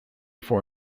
for